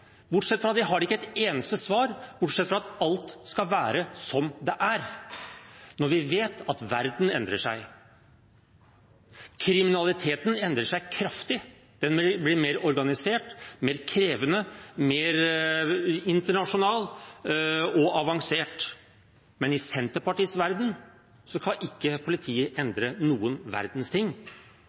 Bortsett fra det har de ikke et eneste svar, annet enn at alt skal være som det er. Vi vet at verden endrer seg, kriminaliteten endrer seg kraftig, den blir mer organisert, mer krevende, mer internasjonal og avansert, men i Senterpartiets verden kan ikke politiet endre noen verdens ting.